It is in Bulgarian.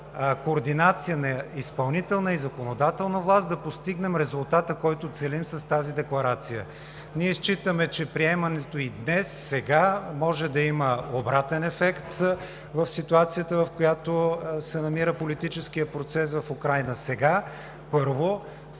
координация на изпълнителна и законодателна власт да постигнем резултата, който целим с тази декларация. Ние считаме, че приемането ѝ днес, сега, може да има обратен ефект в ситуацията, в която се намира политическият процес в Украйна сега, първо.